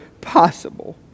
possible